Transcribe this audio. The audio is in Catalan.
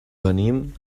venim